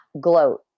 gloat